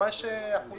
ממש אחוזים בודדים.